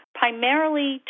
primarily